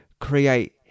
create